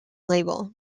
label